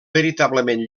veritablement